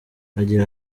agira